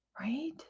right